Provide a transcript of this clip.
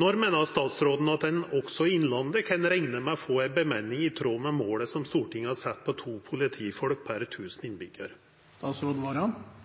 Når meiner statsråden at ein også i Innlandet kan rekne med å få ei bemanning i tråd med måla som Stortinget har satt på 2 politifolk pr. 1 000 innbyggjarar?»